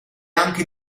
anche